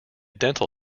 dental